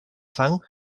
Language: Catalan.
fang